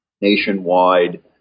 nationwide